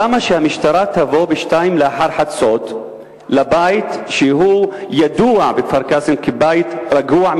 למה למשטרה לבוא ב-02:00 לבית שידוע בכפר-קאסם כבית רגוע,